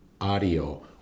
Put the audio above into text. audio